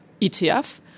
ETF